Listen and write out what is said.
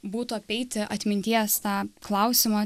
būtų apeiti atminties tą klausimą